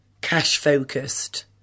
cash-focused